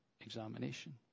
examination